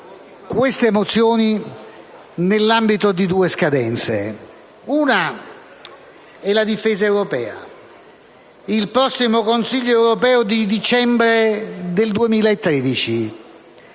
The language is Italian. queste mozioni nell'ambito di due scadenze: una è quella della difesa europea, il prossimo Consiglio europeo di dicembre 2013,